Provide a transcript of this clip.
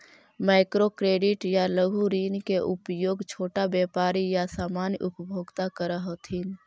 micro credit या लघु ऋण के उपयोग छोटा व्यापारी या सामान्य उपभोक्ता करऽ हथिन